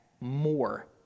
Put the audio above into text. more